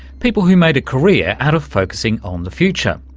people who made a career out of focussing on the future.